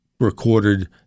Recorded